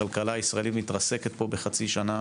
הכלכלה הישראלית מתרסקת פה בחצי שנה.